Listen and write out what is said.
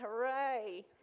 Hooray